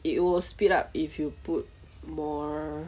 it will speed up if you put more